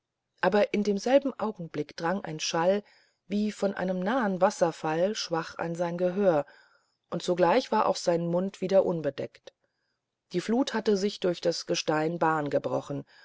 aber in demselben augenblick drang ein schall wie von einem nahen wasserfall schwach in sein gehör und sogleich war auch sein mund wieder unbedeckt die flut hatte sich durch das gestein bahn gebrochen